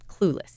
clueless